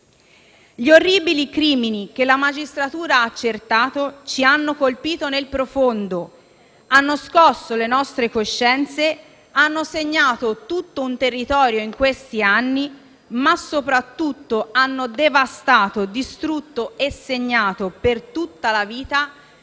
Gli orribili crimini che la magistratura ha accertato ci hanno colpito nel profondo, hanno scosso le nostre coscienze, hanno segnato tutto un territorio in questi anni, ma soprattutto hanno devastato, distrutto e segnato per tutta la vita